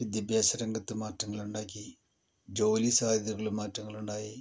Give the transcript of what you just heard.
വിദ്യാഭ്യാസ രംഗത്ത് മാറ്റങ്ങളുണ്ടാക്കി ജോലി സാധ്യതകളിൽ മാറ്റങ്ങളുണ്ടായി